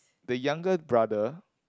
the younger brother